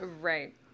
Right